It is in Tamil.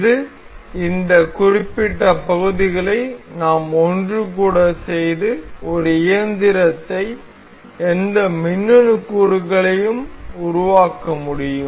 இது இந்த குறிப்பிட்ட பகுதிகளை நாம் ஒன்றுகூட செய்து ஒரு இயந்திரத்தை எந்த மின்னணு கூறுகளையும் உருவாக்க முடியும்